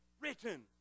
written